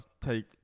take